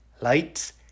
lights